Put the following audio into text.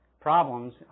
problems